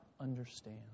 understand